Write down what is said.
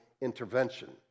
intervention